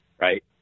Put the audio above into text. right